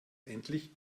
endlich